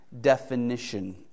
definition